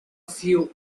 few